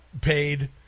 paid